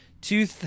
Two